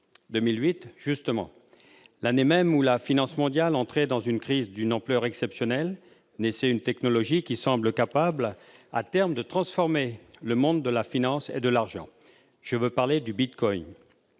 2008, justement, l'année même où la finance mondiale entrait dans une crise d'une ampleur exceptionnelle, naissait une technologie qui semble capable, à terme, de transformer le monde de la finance et de l'argent. Je veux parler du bitcoin.